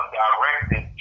directed